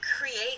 create